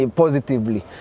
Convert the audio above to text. positively